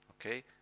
Okay